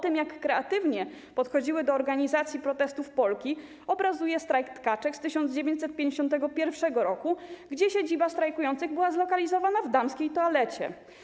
To, jak kreatywnie podchodziły do organizacji protestów Polki, obrazuje strajk tkaczek z 1951 r., w czasie którego siedziba strajkujących była zlokalizowana w damskiej toalecie.